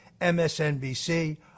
MSNBC